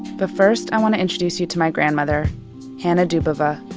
but first, i want to introduce you to my grandmother hana dubova.